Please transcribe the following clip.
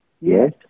yes